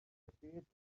appeared